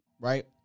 right